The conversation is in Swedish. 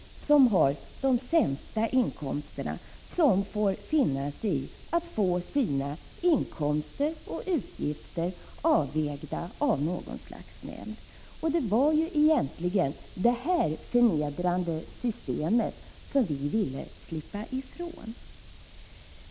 1985/86:55 inkomsterna som får finna sig i att få sina inkomster och utgifter avvägda av 18 december 1985 något slags nämnd. Och det var ju egentligen det här förnedrande systemet = JT om od 0 som vi ville slippa ifrån.